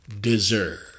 deserve